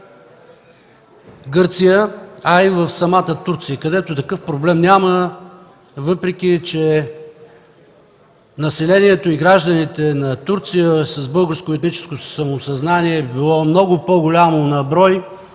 въпреки че населението и гражданите на Турция с българско етническо самосъзнание е било много по-голямо на брой